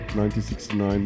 1969